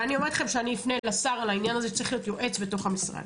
אני אומרת לכם שאני אפנה לשר בעניין הזה שצריך להיות יועץ בתוך המשרד.